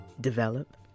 develop